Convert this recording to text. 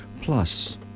plus